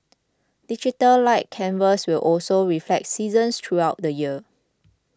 Digital Light Canvas will also reflect seasons throughout the year